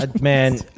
Man